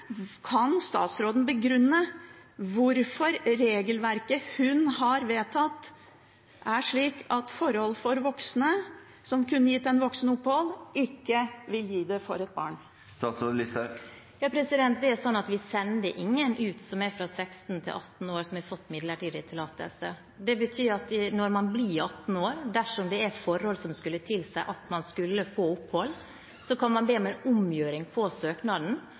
Kan statsråden begrunne hvorfor regelverket hun har vedtatt, er slik at forhold som kunne gitt en voksen opphold, ikke vil gi et barn det? Vi sender ingen ut som er fra 16 til 18 år og har fått midlertidig tillatelse. Det betyr at når man blir 18 år, og det er forhold som skulle tilsi at man skulle få opphold, så kan man be om en omgjøring av søknaden